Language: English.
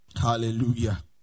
Hallelujah